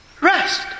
Rest